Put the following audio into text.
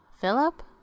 Philip